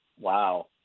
Wow